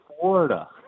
Florida